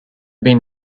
bean